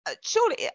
surely